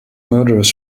murderers